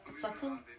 Subtle